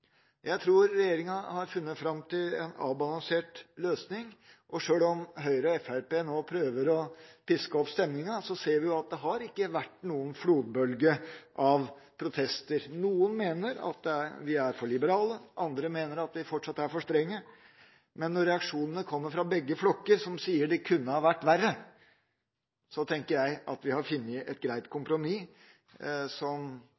Jeg tror regjeringa har funnet fram til en avbalansert løsning, og sjøl om Høyre og Fremskrittspartiet nå prøver å piske opp stemninga, ser vi at det har ikke vært noen flodbølge av protester. Noen mener vi er for liberale, andre mener vi fortsatt er for strenge. Men når reaksjonene kommer fra begge flokker, som sier det kunne vært verre, tenker jeg at vi har funnet et greit kompromiss, som